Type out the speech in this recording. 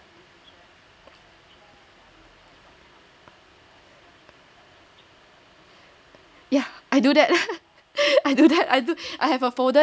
yeah I do that